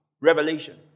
Revelation